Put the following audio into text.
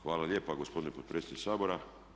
Hvala lijepa gospodine potpredsjedniče Sabora.